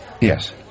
Yes